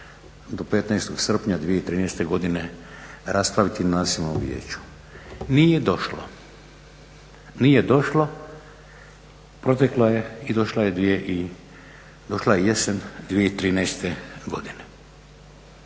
do 15. srpnja 2013. godine raspraviti na Nacionalnom vijeću. Nije došlo. Nije došlo. Protekla je i došla je, došla je jesen 2013. godine.